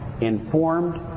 informed